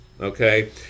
Okay